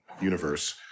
universe